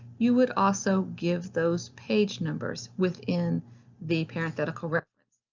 you would also give those page numbers within the parenthetical reference.